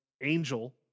Angel